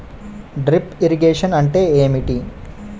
Drip irrigation అంటే ఏమిటి?